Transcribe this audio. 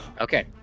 Okay